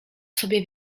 sobie